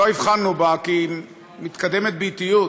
שלא הבחנו בה כי היא מתקדמת באיטיות,